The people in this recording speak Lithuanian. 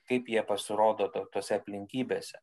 kaip jie pasirodo to tose aplinkybėse